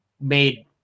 made –